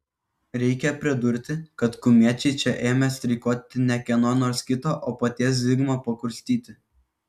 reikia pridurti kad kumečiai čia ėmė streikuoti ne kieno nors kito o paties zigmo pakurstyti